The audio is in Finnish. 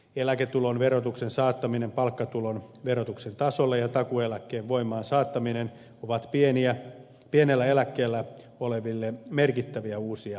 eläketulon verotuksen saattaminen palkkatulon verotuksen tasolle ja takuueläkkeen voimaan saattaminen ovat pienellä eläkkeellä oleville merkittäviä uusia linjauksia